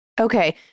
okay